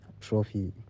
trophy